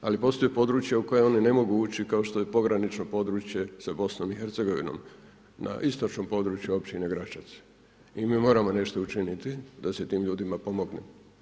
Ali postoje područja u koja oni ne mogu ući kao što je pogranično područje sa Bosnom i Hercegovinom na istočnom području općine Gračac i mi moramo nešto učiniti da se tim ljudima pomogne.